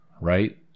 right